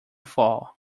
fall